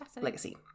legacy